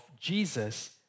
Jesus